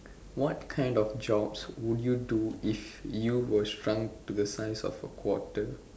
what kind of jobs would you do if you were shrunk to the size of a quarter